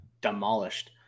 demolished